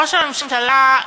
ראש הממשלה,